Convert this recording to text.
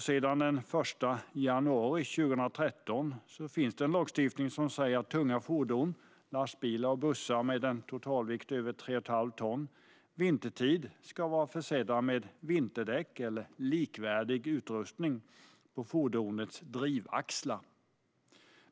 Sedan den 1 januari 2013 finns det en lagstiftning som säger att lastbilar och bussar med en totalvikt på över 3,5 ton vintertid ska vara försedda med vinterdäck eller likvärdig utrustning på fordonets drivaxlar.